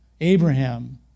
Abraham